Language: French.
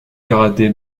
karaté